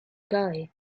guy